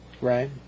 Right